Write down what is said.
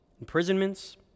imprisonments